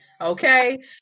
okay